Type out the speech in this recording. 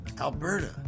Alberta